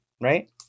right